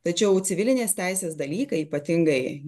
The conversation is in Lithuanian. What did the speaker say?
tačiau civilinės teisės dalykai ypatingai